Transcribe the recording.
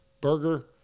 burger